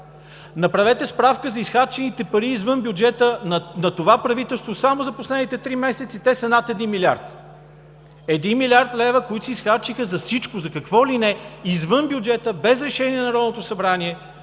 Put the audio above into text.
Направете справка за изхарчените пари извън бюджета на това правителство. Само за последните три месеца те са над 1 милиард. Един милиард лева, които се изхарчиха за всичко – за какво ли не, извън бюджета, без Решение на Народното събрание!?